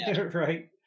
Right